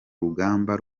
rugamba